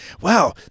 wow